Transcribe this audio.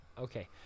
Okay